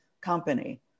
company